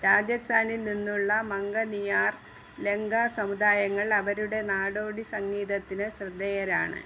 രാജസ്ഥാനിൽ നിന്നുള്ള മംഗനിയാർ ലെങ്കാ സമുദായങ്ങൾ അവരുടെ നാടോടി സംഗീതത്തിന് ശ്രദ്ധേയരാണ്